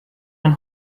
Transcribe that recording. man